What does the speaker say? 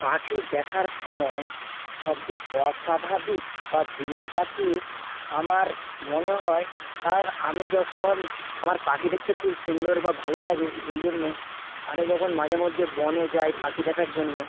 পাখি দেখার সময় সবচেয়ে অস্বাভাবিক বা বিরল পাখি আমার মনে হয় কারণ আমি যখন আমার পাখি দেখতে খুব সুন্দর বা ভালো লাগে সেই জন্য আমি যখন মাঝে মধ্যে বনে যাই পাখি দেখার জন্য